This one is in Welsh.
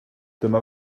dyma